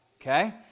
Okay